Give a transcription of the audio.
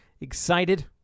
excited